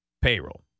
payroll